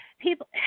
people